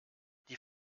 die